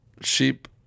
sheep